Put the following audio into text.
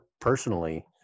personally